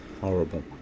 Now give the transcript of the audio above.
Horrible